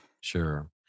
sure